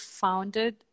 founded